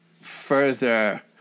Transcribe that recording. further